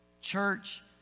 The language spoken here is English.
Church